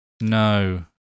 No